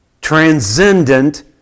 transcendent